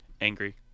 angry